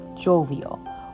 jovial